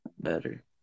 better